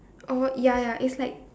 oh ya ya it's like